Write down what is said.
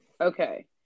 Okay